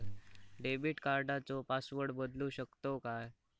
Debit कार्डचो password बदलु शकतव काय?